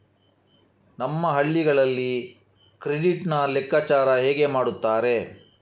ನಮ್ಮ ಹಳ್ಳಿಗಳಲ್ಲಿ ಕ್ರೆಡಿಟ್ ನ ಲೆಕ್ಕಾಚಾರ ಹೇಗೆ ಮಾಡುತ್ತಾರೆ?